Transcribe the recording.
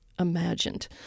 imagined